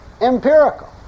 empirical